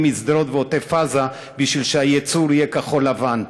משדרות ועוטף-עזה בשביל שהייצור יהיה כחול-לבן.